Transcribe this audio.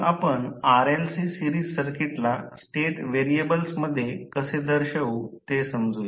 05 तर मग आपण RLC सिरीस सर्किटला स्टेट व्हेरिएबल्समध्ये कसे दर्शवु ते समजूया